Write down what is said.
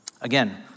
Again